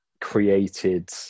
created